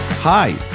Hi